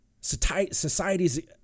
society's